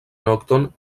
nokton